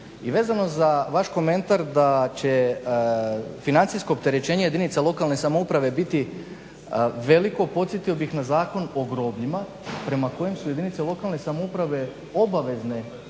I vezano za vaš komentar da će financijsko opterećenja jedinica lokalne samouprave biti veliko podsjetio bih na Zakon o grobljima prema kojem su jedinice lokalne samouprave obavezne